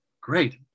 Great